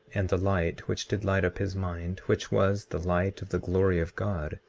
and the light which did light up his mind, which was the light of the glory of god,